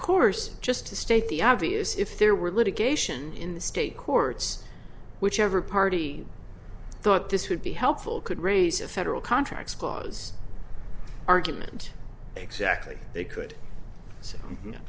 course just to state the obvious if there were litigation in the state courts whichever party thought this would be helpful could raise a federal contracts clause argument exactly they could s